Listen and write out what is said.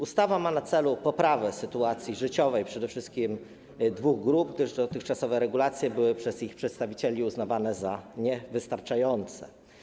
Ustawa ma na celu poprawę sytuacji życiowej przede wszystkim dwóch grup, gdyż dotychczasowe regulacje były przez ich przedstawicieli uznawane za niewystarczające.